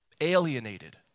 alienated